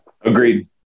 Agreed